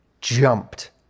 jumped